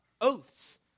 oaths